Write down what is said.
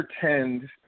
pretend